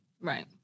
Right